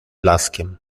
blaskiem